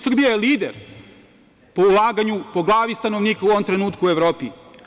Srbija je lider po ulaganju po glavi stanovnika u ovom trenutku u Evropi.